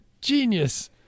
genius